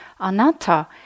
Anatta